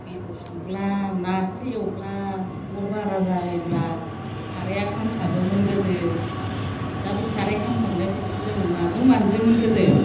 बेदर संबा नाफोर एवबा अर बारा जायोब्ला साराया खामथाबोमोन गोदो दा बे साराया खामथाबनायफोरखौ जोङो माजों मानजियोमोन गोदो